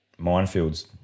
minefields